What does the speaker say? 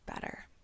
better